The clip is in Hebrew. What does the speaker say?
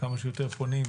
לכמה שיותר פונים,